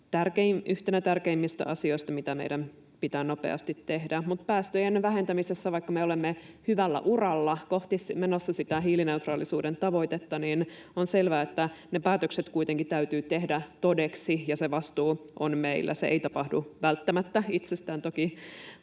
yhtenä tärkeimmistä asioista, mitä meidän pitää nopeasti tehdä. Mutta vaikka me olemme päästöjen vähentämisessä hyvällä uralla menossa kohti sitä hiilineutraalisuuden tavoitetta, niin on selvää, että ne päätökset kuitenkin täytyy tehdä todeksi ja se vastuu on meillä. Se ei tapahdu välttämättä itsestään. Toki